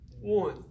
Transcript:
one